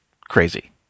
crazy